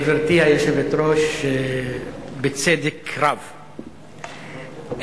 גברתי היושבת-ראש בצדק רב,